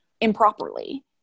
improperly